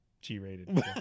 G-rated